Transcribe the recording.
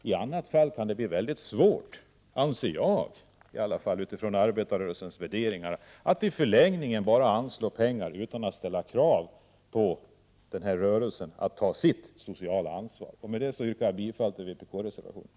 I annat fall — det anser i varje fall jag utifrån arbetarrörelsens värderingar — kan det bli mycket svårt att i förlängningen bara anslå pengar utan att ställa krav på idrottsrörelsen att ta sitt sociala ansvar. Med detta yrkar jag bifall till vpk-reservationerna.